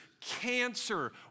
cancer